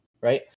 right